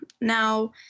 Now